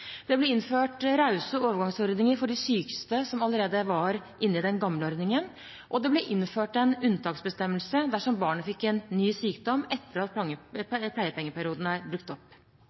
Det ble innført rause overgangsordninger for de sykeste som allerede var inne i den gamle ordningen, og det ble innført en unntaksbestemmelse dersom barnet fikk en ny sykdom etter at pleiepengeperioden er brukt opp.